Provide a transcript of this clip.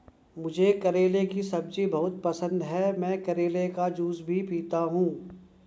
मुझे करेले की सब्जी बहुत पसंद है, मैं करेले का जूस भी पीता हूं